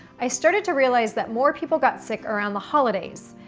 i started to realize that more people got sick around the holidays.